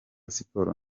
siporo